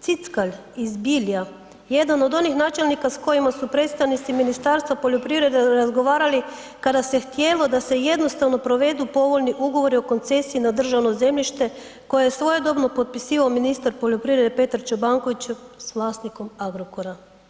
Cickalj iz Bilja jedan od onih načelnika s kojima su predstavnici Ministarstva poljoprivrede razgovarali kada se htjelo da se jednostavno provedu povoljni ugovori o koncesiji na državno zemljište koje je svojedobno potpisivao ministar poljoprivrede Petar Čobanković s vlasnikom Agrokora.